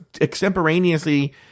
extemporaneously